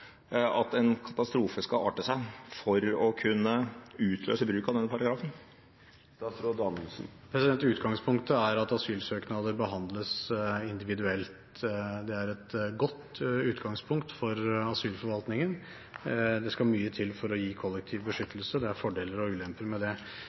at en katastrofe skal arte seg for å kunne utløse bruk av denne paragrafen? Utgangspunktet er at asylsøknader behandles individuelt. Det er et godt utgangspunkt for asylforvaltningen. Det skal mye til for å gi kollektiv beskyttelse, og det er fordeler og ulemper med det.